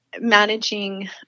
managing